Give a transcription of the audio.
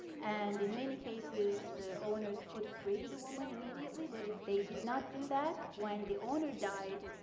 and in many cases, the owners could free the woman immediately. but if they did not do that, when the owner died,